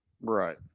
Right